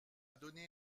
donné